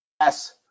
Yes